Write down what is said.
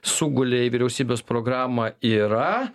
sugulė į vyriausybės programą yra